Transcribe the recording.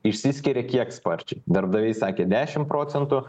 išsiskiria kiek sparčiai darbdaviai sakė dešim procentų